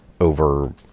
over